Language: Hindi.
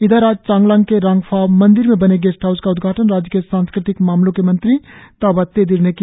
इधर आज चांगलांग के रांगफ्रा मंदिर में बने गेस्ट हाउस का उद्घाटन राज्य के सांस्कृतिक मामलो के मंत्री ताबा तेदिरने किया